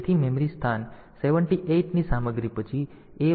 તેથી મેમરી સ્થાન 78 ની સામગ્રી પછી AY ઉમેરો